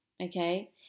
okay